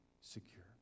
secure